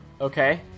Okay